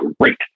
great